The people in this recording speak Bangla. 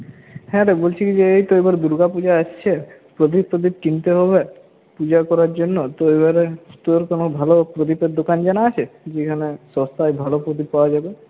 হ্যাঁ রে বলছি কি যে এই তো এবার দুর্গাপূজা আসছে প্রদীপ টদিপ কিনতে হবে পুজো করার জন্য তো এইবারে তোর কোনো ভালো প্রদীপের দোকান জানা আছে যেখানে সস্তায় ভালো প্রদীপ পাওয়া যাবে